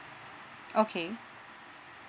okay